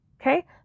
Okay